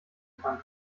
tank